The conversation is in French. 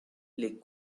les